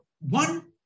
one